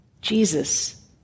Jesus